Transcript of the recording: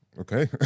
Okay